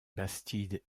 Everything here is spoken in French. bastide